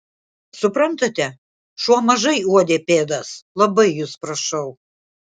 suprantate šuo mažai uodė pėdas labai jus prašau